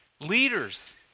Leaders